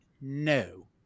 no